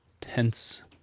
tense